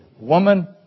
woman